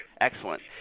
Excellent